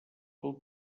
fou